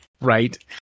right